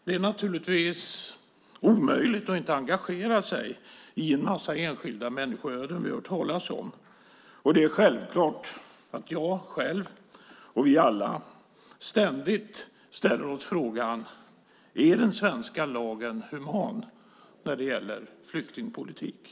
Det är naturligtvis omöjligt att inte engagera sig i en de enskilda människoöden vi hör talas om. Det är självklart att jag själv och vi alla ständigt ställer oss frågan: Är den svenska lagen human när det gäller flyktingpolitik?